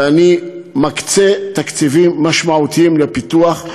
ואני מקצה תקציבים משמעותיים לפיתוח,